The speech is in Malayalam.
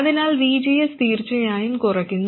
അതിനാൽ VGS തീർച്ചയായും കുറയ്ക്കുന്നു